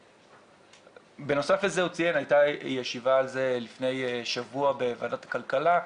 בנוסף לזה הייתה ישיבה על זה לפני שבוע בוועדת הכלכלה,